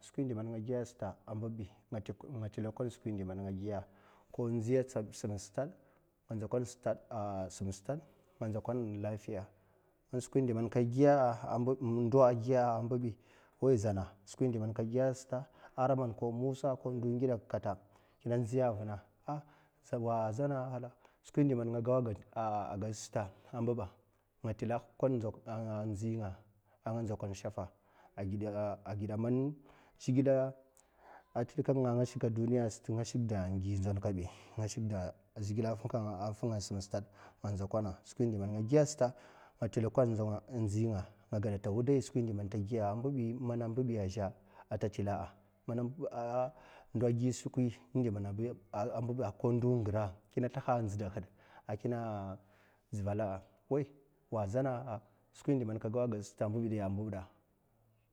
Skwi indi man nga giya sata nga slilakwana skwi indi man nga giya ko in nzi a’ sam stad nga ma kwana a’ sam stad, nga nzakwona nga ma kwana lifiya skwi indi man ndo a’ giya a’ a’ mbibi skwi indi man ndo man ka giya ko zana skwi inɗi man giya sata ara man ko musa ko za'na ko ndon ngidukl kata a’ kina nziya vna wa za'na a’ skwi indi man ngo go a’ gasa a’ mbibi nga slilakon a’ nzinga a’ nga nzakon shafa a’ a’ geda man zhikle a’ slilkanga a’ shika a’ duniya sat nga shikda a’ gi mon kabi nga shikda a’ gi mon kabi nga shikda zhiklė funga a’ sam stad nga nza kwana skwi indi man nga giya stad nga shilakwan in nzinga nga gedafe wudai skwi indi man tegiya mana mbibi a’ zhe a’ tasula a’ ndo man a’ gi skwi a’ mbibi ko ndo gira'a, ka sliha nzida had a’ kina mivala'a, wa zana skwi indi man ka go a’ gasa